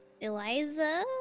Eliza